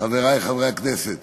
מתבשרים